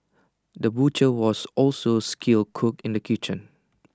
the butcher was also A skilled cook in the kitchen